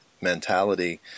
mentality